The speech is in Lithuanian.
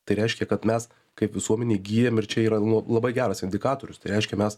tai reiškia kad mes kaip visuomenė įgyjam ir čia yra nu labai geras indikatorius tai reiškia mes